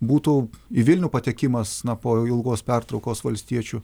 būtų į vilnių patekimas na po ilgos pertraukos valstiečių